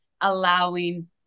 allowing